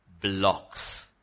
blocks